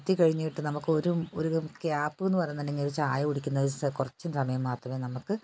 എത്തി കഴിഞ്ഞിട്ട് നമുക്ക് ഒരു ഒരു ഗ്യാപ്പ് എന്നു പറയുന്നുണ്ടെങ്കിൽ ഒരു ചായ കുടിക്കുന്നത് കുറച്ച് സമയം മാത്രമേ നമുക്ക്